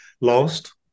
lost